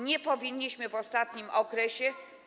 Nie powinniśmy w ostatnim okresie.